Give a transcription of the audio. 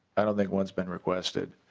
i don't think one's been requested.